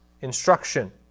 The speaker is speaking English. instruction